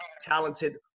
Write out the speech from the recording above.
talented